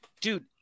dude